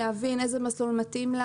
להבין איזה מסלול מתאים לה.